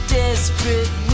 desperate